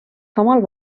samal